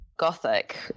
gothic